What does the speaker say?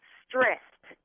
stressed